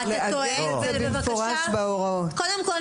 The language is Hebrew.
זה מפורט בהוראות.